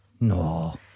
No